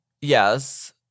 Yes